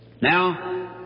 Now